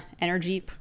energy